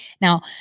Now